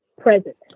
present